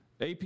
AP